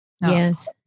Yes